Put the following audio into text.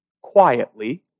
quietly